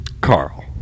Carl